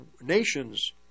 nations